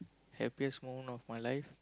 happiest moment of my life